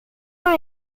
una